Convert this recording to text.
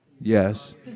Yes